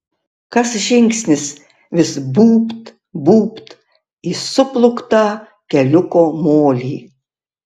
kas žingsnis vis būbt būbt į suplūktą keliuko molį